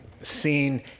seen